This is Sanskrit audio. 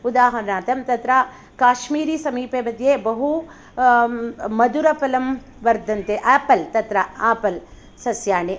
उदाहर्णार्थं तत्र काश्मिरसमीपे मध्ये बहु मदुरफलं वर्धन्ते आपल् तत्र आपल् सस्याणि